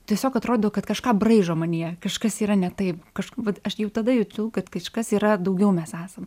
tiesiog atrodo kad kažką braižo manyje kažkas yra ne taip kažk va aš jau tada jaučiau kad kažkas yra daugiau mes esam